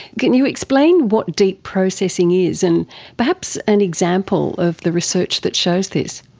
can you explain what deep processing is, and perhaps an example of the research that shows this?